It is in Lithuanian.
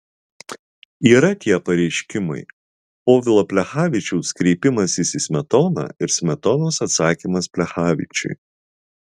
yra tie pareiškimai povilo plechavičiaus kreipimasis į smetoną ir smetonos atsakymas plechavičiui